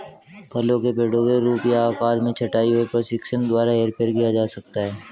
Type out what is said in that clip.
फलों के पेड़ों के रूप या आकार में छंटाई और प्रशिक्षण द्वारा हेरफेर किया जा सकता है